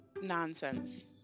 nonsense